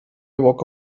walk